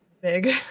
big